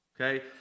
Okay